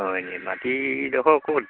হয় নেকি মাটিডোখৰ ক'ত